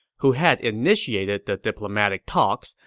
who had initiated the diplomatic talks,